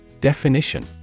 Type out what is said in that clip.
Definition